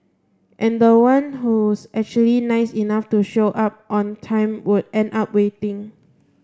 and the one who's actually nice enough to show up on time would end up waiting